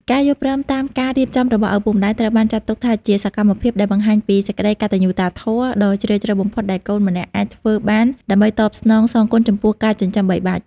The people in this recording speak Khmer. ការយល់ព្រមតាមការរៀបចំរបស់ឪពុកម្ដាយ ត្រូវបានចាត់ទុកថាជាសកម្មភាពដែលបង្ហាញពី "សេចក្ដីកតញ្ញូតាធម៌" ដ៏ជ្រាលជ្រៅបំផុតដែលកូនម្នាក់អាចធ្វើបានដើម្បីតបស្នងសងគុណចំពោះការចិញ្ចឹមបីបាច់។